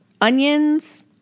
onions